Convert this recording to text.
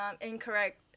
incorrect